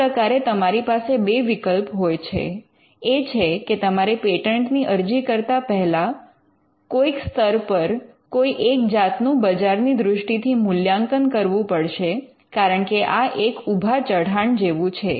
આ પ્રકારે તમારી પાસે બે વિકલ્પ હોય છે એ છે કે તમારે પેટન્ટની અરજી કરતા પહેલા કોઈક સ્તર પર કોઈ એક જાતનું બજારની દૃષ્ટિથી મૂલ્યાંકન કરવું પડશે કારણ કે આ એક ઉભા ચઢાણ જવું છે